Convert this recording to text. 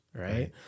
right